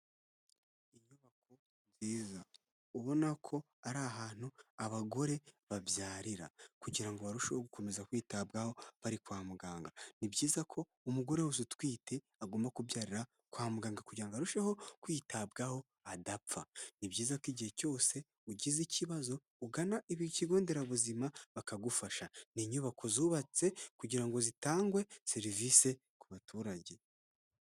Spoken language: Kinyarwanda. Inyubako nziza ubona ko ari ahantu abagore babyarira, kugira ngo barusheho gukomeza kwitabwaho bari kwa muganga . Ni byiza ko umugore wese utwite agomba kubyarira kwa muganga, kugira ngo arusheho kwitabwaho adapfa. Ni byiza ko igihe cyose ugize ikibazo ugana ikigo nderabuzima bakagufasha. Ni inyubako zubatse kugira ngo zitangwe serivisi ku baturage.